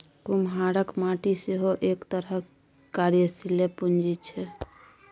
कुम्हराक माटि सेहो एक तरहक कार्यशीले पूंजी छै